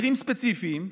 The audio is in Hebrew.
מקרים ספציפיים,